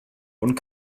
und